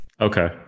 okay